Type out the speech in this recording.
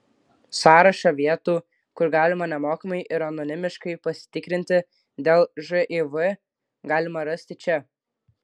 sąrašą vietų kur galima nemokamai ir anonimiškai pasitikrinti dėl živ galima rasti čia